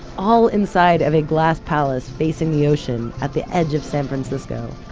all inside of a glass palace facing the ocean at the edge of san francisco.